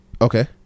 Okay